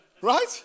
Right